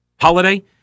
holiday